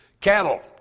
Cattle